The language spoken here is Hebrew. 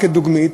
רק כדוגמית.